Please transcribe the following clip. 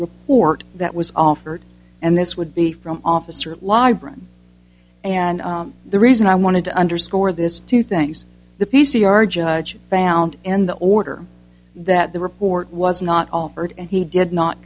report that was offered and this would be from officer libron and the reason i wanted to underscore this two things the p c r judge found in the order that the report was not offered and he did not